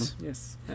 Yes